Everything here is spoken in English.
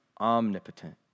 omnipotent